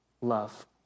love